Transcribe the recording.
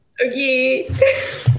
Okay